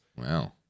Wow